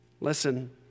listen